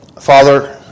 Father